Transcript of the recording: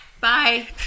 Bye